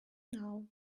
now